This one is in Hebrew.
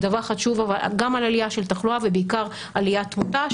מדווחת שוב גם על עלייה של תחלואה ובעיקר על עלייה בתמותה,